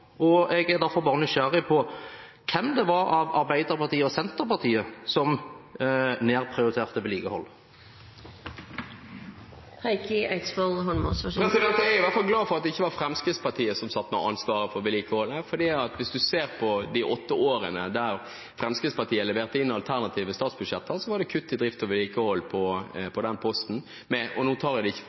og jeg er nysgjerrig på hvem av Arbeiderpartiet og Senterpartiet som nedprioriterte vedlikeholdet. Jeg er i hvert fall glad for at det ikke var Fremskrittspartiet som satt med ansvaret for vedlikeholdet. Hvis man ser på de åtte årene Fremskrittspartiet leverte inn alternative statsbudsjetter, var det kutt i drift og vedlikehold på den posten med anslagsvis 1,5 mrd. kr – tror jeg det var, jeg har ikke